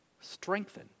strengthen